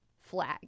flag